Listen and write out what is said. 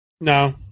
No